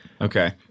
Okay